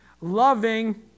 loving